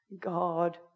God